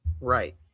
Right